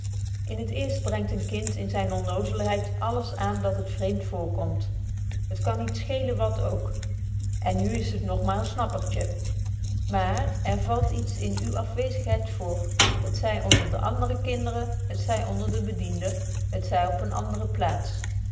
in t eerst brengt een kind in zyne onnozelheid alles aan dat het vreemd voorkomt t kan niet schelen wat ook en nu is het nog maar een snappertje maar er valt iets in uwe afwezigheid voor t zy onder de andere kinderen t zy onder de bedienden t zy op eene andere plaats